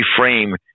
reframe